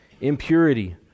Impurity